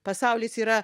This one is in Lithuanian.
pasaulis yra